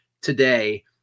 today